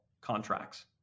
contracts